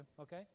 okay